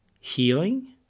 healing